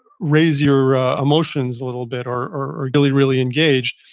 raise your emotions a little bit or or really, really engage.